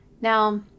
now